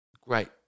Great